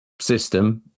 system